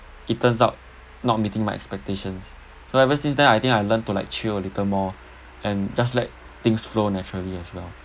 it turns out not meeting my expectations so ever since then I think I learn to like chill a little more and just let things flow naturally as well